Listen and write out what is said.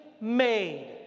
made